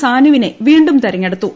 സാനുവിനെ വീണ്ടും തിരഞ്ഞെടുത്തു